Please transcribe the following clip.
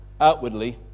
Outwardly